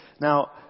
Now